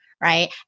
Right